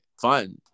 fun